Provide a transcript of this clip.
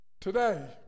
Today